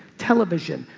television,